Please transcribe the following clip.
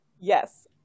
Yes